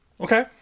Okay